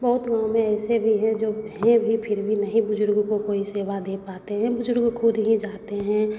बहुत गाँव में ऐसे भी हैं जो हैं भी फ़िर भी नहीं बुज़ुर्ग को कोई सेवा दे पाते हैं बुज़ुर्ग खुद ही जाते हैं